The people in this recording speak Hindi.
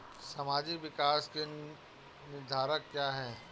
सामाजिक विकास के निर्धारक क्या है?